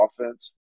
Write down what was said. offense